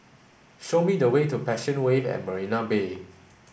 show me the way to Passion Wave at Marina Bay